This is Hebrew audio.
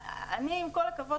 עם כל הכבוד,